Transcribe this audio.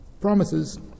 promises